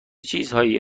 چیزهایی